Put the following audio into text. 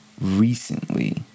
recently